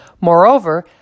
Moreover